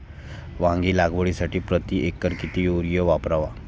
वांगी लागवडीसाठी प्रति एकर किती युरिया वापरावा?